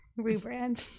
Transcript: Rebrand